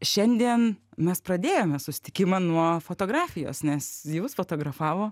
šiandien mes pradėjome susitikimą nuo fotografijos nes jus fotografavo